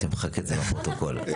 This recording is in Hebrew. תמחק את זה מהפרוטוקול.